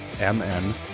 M-N